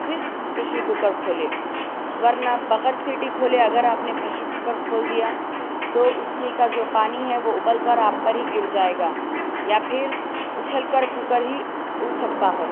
پھر pressure cooker کھولیں ورنہ بغیر سیٹی کھولے اگر آپ نے پریشر کوکر کھول دیا تو اس میں کا جو پانی ہے وہ ابل کر آپ پر ہی گر جائے گا یا پھر اچھل کر کوکر ہی اڑ سکتا ہے